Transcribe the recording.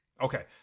Okay